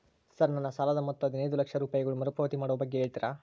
Sir ನನ್ನ ಸಾಲದ ಮೊತ್ತ ಹದಿನೈದು ಲಕ್ಷ ರೂಪಾಯಿಗಳು ಮರುಪಾವತಿ ಮಾಡುವ ಬಗ್ಗೆ ಹೇಳ್ತೇರಾ?